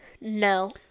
No